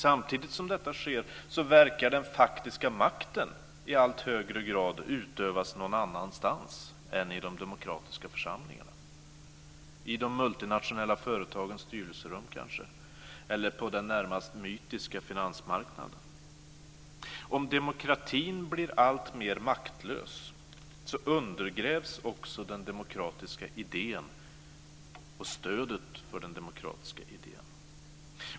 Samtidigt som detta sker verkar den faktiska makten i allt högre grad utövas någon annanstans än i de demokratiska församlingarna - kanske i de multinationella företagens styrelserum eller på den närmast mytiska finansmarknaden. Om demokratin blir alltmer maktlös undergrävs också den demokratiska idén och stödet för den demokratiska idén.